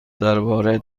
درباره